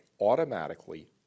automatically